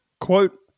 Quote